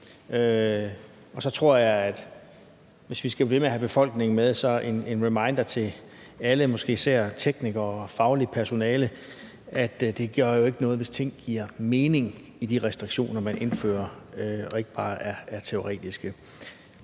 og så tror jeg, at hvis vi skal blive ved med at have befolkningen med, så er det godt med en reminder til alle og måske især teknikere og fagligt personale, at det ikke gør noget, hvis ting giver mening i de restriktioner, man indfører, og at det ikke bare er teoretisk,